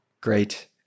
Great